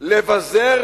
לבזר